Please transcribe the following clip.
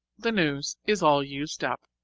the news is all used up.